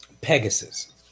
Pegasus